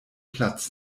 platz